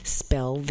spell